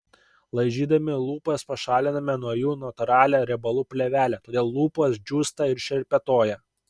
laižydami lūpas pašaliname nuo jų natūralią riebalų plėvelę todėl lūpos džiūsta ir šerpetoja